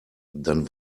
dann